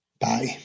Bye